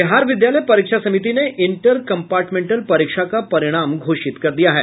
बिहार विद्यालय परीक्षा समित ने इंटर कंपार्टमेंटल परीक्षा का परिणाम घोषित कर दिया है